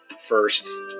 first